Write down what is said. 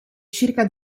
circa